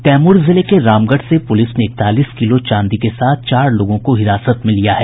कैमूर जिले के रामगढ़ में पुलिस ने इकतालीस किलो चांदी के साथ चार लोगों को हिरासत में लिया है